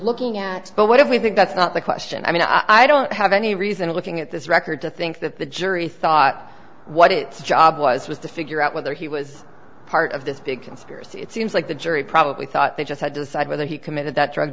looking at but what if we think that's not the question i mean i don't have any reason looking at this record to think that the jury thought what it job was was to figure out whether he was part of this big conspiracy it seems like the jury probably thought they just had to decide whether he committed that drug